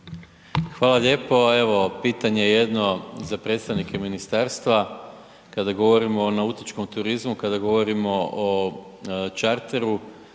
Hvala lijepo. Evo, pitanje jedno za predstavnike ministarstva, kada govorimo o nautičkom turizmu, kada govorimo o čarteru